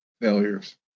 failures